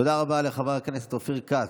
תודה רבה לחבר הכנסת אופיר כץ,